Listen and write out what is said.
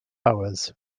boroughs